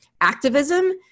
activism